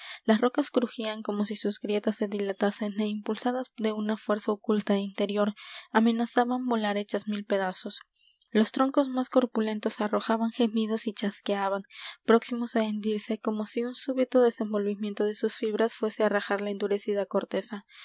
las rocas crujían como si sus grietas se dilatasen é impulsadas de una fuerza oculta é interior amenazaban volar hechas mil pedazos los troncos más corpulentos arrojaban gemidos y chasqueaban próximos á hendirse como si un súbito desenvolvimiento de sus fibras fuese á rajar la endurecida corteza